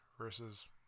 Versus